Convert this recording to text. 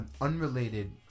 unrelated